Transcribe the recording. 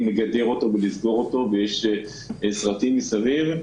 לגדר אותו ולסגור אותו ויש סרטים מסביבו,